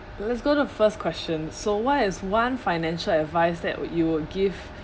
let's go to first question so what is one financial advice that w~ you will give